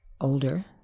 older